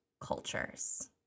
cultures